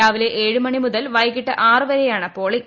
രാവിലെ ഏഴു മണിമുതൽ വൈകിട്ട് ആറുവരെയാണ് പോളിംഗ്